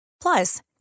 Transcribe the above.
plus